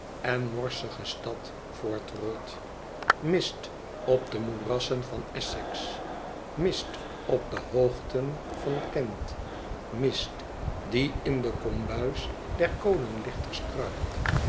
en morsige stad voortrolt mist op de moerassen van essex mist op de hoogten van kent mist die in de kombuis der kolenlichters kruipt